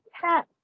cat